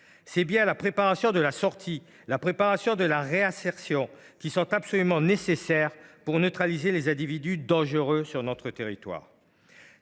C’est bien la préparation de la sortie et de la réinsertion qui sont absolument nécessaires pour neutraliser les individus dangereux sur notre territoire.